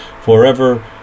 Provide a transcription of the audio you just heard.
forever